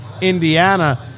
Indiana